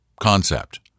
concept